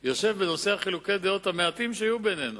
יושב בנושא חילוקי הדעות המעטים שהיו בינינו